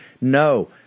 No